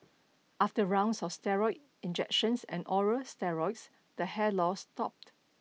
after rounds of steroid injections and oral steroids the hair loss stopped